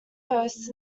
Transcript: hosts